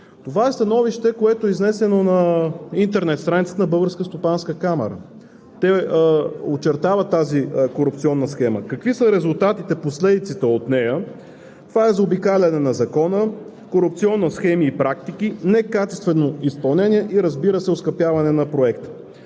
Това е становището, изнесено на интернет страницата на Българската стопанска камара, което очертава тази корупционна схема. Какви са резултатите и последиците от нея? Това е: заобикаляне на Закона, корупционни схеми и практики, некачествено изпълнение и, разбира се, оскъпяване на проекта.